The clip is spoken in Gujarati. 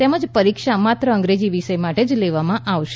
તેમજ માત્ર અંગ્રેજી વિષય માટે જ લેવામાં આવશે